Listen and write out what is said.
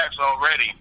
already